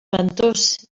ventós